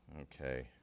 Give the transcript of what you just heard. Okay